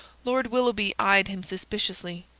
lord willoughby eyed him suspiciously.